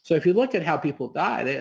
so if you look at how people die, they're